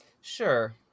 Sure